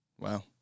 Wow